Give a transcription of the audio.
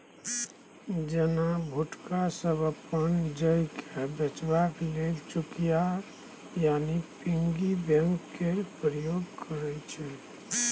नेना भुटका सब अपन पाइकेँ बचेबाक लेल चुकिया यानी पिग्गी बैंक केर प्रयोग करय छै